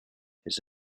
his